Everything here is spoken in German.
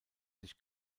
sich